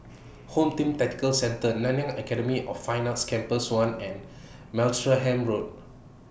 Home Team Tactical Centre Nanyang Academy of Fine Arts Campus one and Martlesham Road